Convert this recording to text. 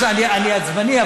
אני עצבני,